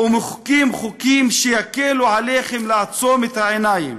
ומחוקקים חוקים שיקלו עליכם לעצום את העיניים.